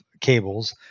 cables